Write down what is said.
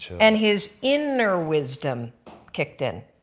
and his inner wisdom kicked in.